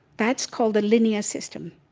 that's called a linear system.